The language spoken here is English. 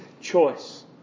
choice